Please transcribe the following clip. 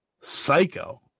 psycho